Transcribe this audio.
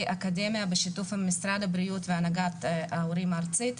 אקדמיה בשיתוף עם משרד הבריאות והנהגת ההורים הארצית.